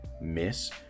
miss